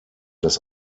das